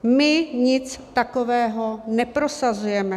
My nic takového neprosazujeme.